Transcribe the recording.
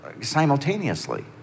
simultaneously